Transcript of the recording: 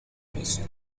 besto